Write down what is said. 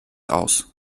aus